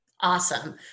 Awesome